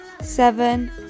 seven